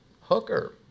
Hooker